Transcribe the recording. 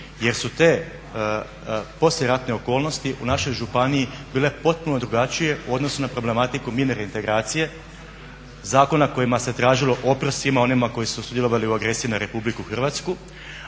Jer su te poslijeratne okolnosti u našoj županiji bile potpuno drugačije u odnosu na problematiku mirne reintegracije zakona kojima se tražilo oprost svima onima koji su sudjelovali u agresiji na RH a isto tako